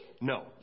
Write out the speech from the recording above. No